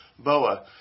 Boa